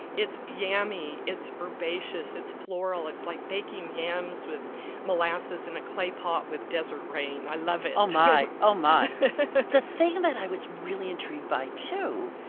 it's yammy, it's herbaceous, it's floral. it's like baking yams with molasses in a clay pot with desert rain. i love it. um um ah the thing that i was really intrigued by, too,